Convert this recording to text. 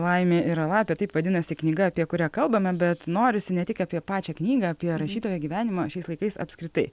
laimė yra lapė taip vadinasi knyga apie kurią kalbame bet norisi ne tik apie pačią knygą apie rašytojo gyvenimą šiais laikais apskritai